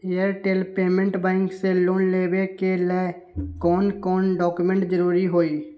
Airtel payments bank से loan लेवे के ले कौन कौन डॉक्यूमेंट जरुरी होइ?